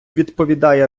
відповідає